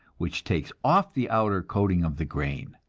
which takes off the outer coating of the grain.